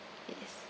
yes